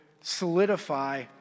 solidify